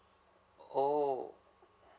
oh